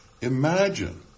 Imagine